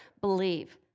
believe